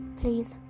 please